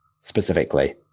specifically